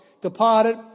departed